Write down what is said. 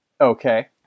okay